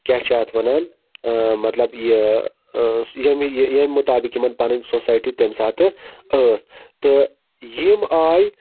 کیاہ چھِ اتھ وَنان مَطلَب یہِ ییٚمہِ مُطابِق یِمَن پَنٕنۍ سوسایٹی تمہِ ساتہٕ ٲسۍ تہٕ یِم آے